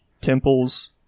temples